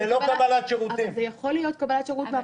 זה יכול להיות קבלת שירות מהרשות המקומית.